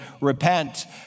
repent